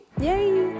Yay